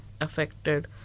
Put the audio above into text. affected